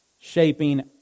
Shaping